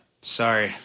Sorry